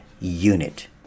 unit